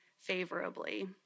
favorably